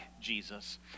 jesus